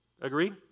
agree